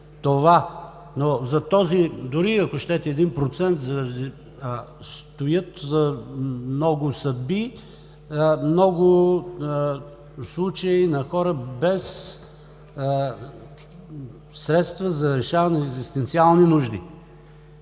Но за този, дори ако щете 1%, стоят много съдби, много случаи на хора без средства за решаване на екзистенциални нужди.